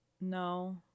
No